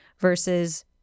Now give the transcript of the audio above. versus